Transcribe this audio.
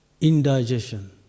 Indigestion